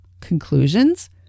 Conclusions